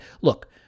look